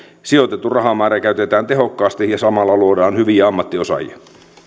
sijoitettu rahamäärä käytetään tehokkaasti ja samalla luodaan hyviä ammattiosaajia